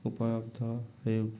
ଉପଲବ୍ଧ ହେଉ